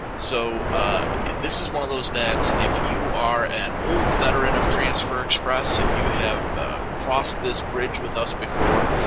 so this is one of those that if you are an old veteran of transfer express if you have crossed this bridge with us before,